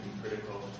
critical